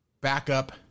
backup